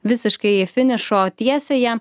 visiškai finišo tiesiąją